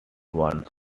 ones